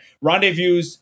rendezvous